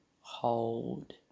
hold